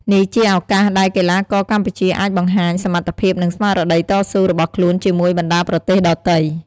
នេះជាឱកាសដែលកីឡាករកម្ពុជាអាចបង្ហាញសមត្ថភាព និងស្មារតីតស៊ូរបស់ខ្លួនជាមួយបណ្តាប្រទេសដទៃ។